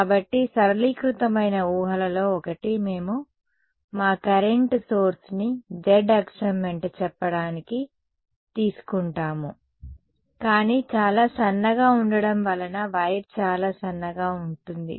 కాబట్టి సరళీకృతమైన ఊహలలో ఒకటి మేము మా కరెంట్ సోర్స్ ని z అక్షం వెంట చెప్పడానికి తీసుకుంటాము కానీ చాలా సన్నగా ఉండటం వలన వైర్ చాలా సన్నగా ఉంటుంది